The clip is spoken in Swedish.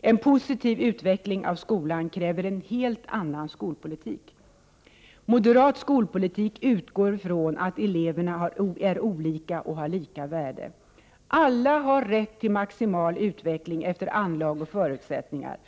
En positiv utveckling av skolan kräver en helt annan skolpolitik. Moderat skolpolitik utgår från att eleverna är olika och har lika värde. Alla har rätt till maximal utveckling efter anlag och förutsättningar.